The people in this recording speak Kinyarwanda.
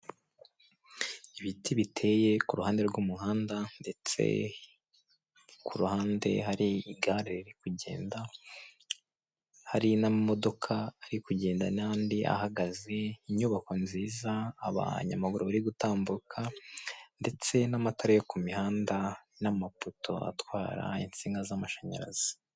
Ibiti biteye ku ruhande rw'umuhanda ndetse ku ruhande hari igare riri kugenda, hari n'amamodoka ari kugenda n'andi ahagaze, inyubako nziza, abanyamaguru bari gutambuka ndetse n'amatara yo ku mihanda, n'amapoto atwara insinga z'amashanyarazi.